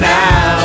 now